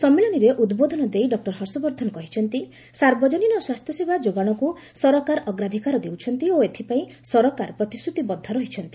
ସମ୍ମିଳନୀରେ ଉଦ୍ବୋଧନ ଦେଇ ଡକ୍କର ହର୍ଷବର୍ଦ୍ଧନ କହିଛନ୍ତି ସାର୍ବଜନୀନ ସ୍ୱାସ୍ଥ୍ୟସେବା ଯୋଗାଣକୁ ସରକାର ଅଗ୍ରାଧକାର ଦେଉଛନ୍ତି ଓ ଏଥିପାଇଁ ସରକାର ପ୍ରତିଶ୍ରତିବଦ୍ଧ ରହିଛନ୍ତି